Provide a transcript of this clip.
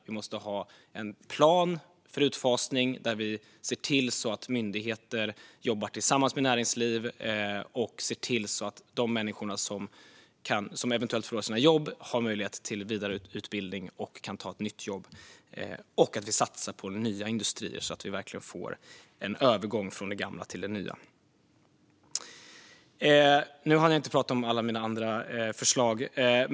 Vi måste ha en plan för utfasning där vi ser till att myndigheter jobbar tillsammans med näringsliv och ser till att de människor som eventuellt förlorar sina jobb har möjlighet till vidareutbildning och kan ta ett nytt jobb. Det gäller att vi satsar på den nya industrier så att vi verkligen får en övergång från det gamla till det nya. Nu hann jag inte prata om alla mina andra förslag.